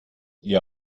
ihr